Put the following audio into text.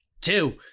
two